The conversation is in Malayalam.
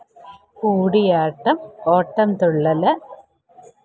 കൂടിയാട്ടം ഓട്ടംതുള്ളൽ